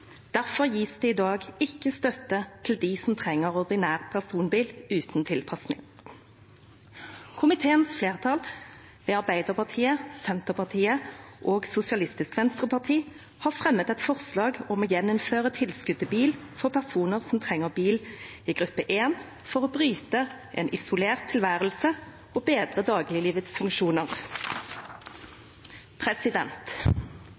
derfor gis det i dag ikke støtte til dem som trenger ordinær personbil uten tilpasninger. Komiteens flertall ved Arbeiderpartiet, Senterpartiet og Sosialistisk Venstreparti har fremmet et forslag om å gjeninnføre tilskudd til bil for personer som trenger bil i gruppe 1 for å bryte en isolert tilværelse og bedre dagliglivets